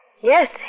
Yes